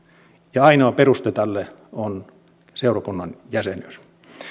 ja ainoa peruste tälle on seurakunnan jäsenyys